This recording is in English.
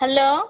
hello